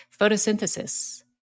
photosynthesis